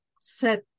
set